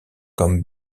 comme